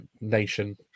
nation